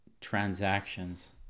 transactions